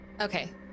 Okay